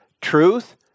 truth